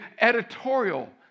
editorial